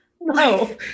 No